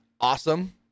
awesome